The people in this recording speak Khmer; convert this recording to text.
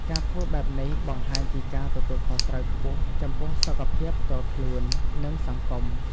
ការធ្វើបែបនេះ បង្ហាញពីការទទួលខុសត្រូវខ្ពស់ចំពោះសុខភាពផ្ទាល់ខ្លួន និងសង្គម។